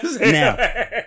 Now